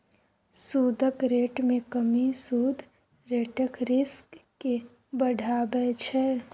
सुदक रेट मे कमी सुद रेटक रिस्क केँ बढ़ाबै छै